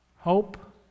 Hope